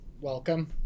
welcome